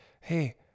hey